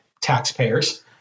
taxpayers